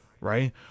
right